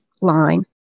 line